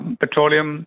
petroleum